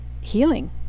healing